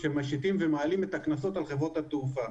שמשיתים ומעלים את הקנסות על חברות התעופה.